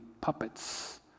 puppets